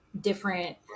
different